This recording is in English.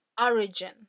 origin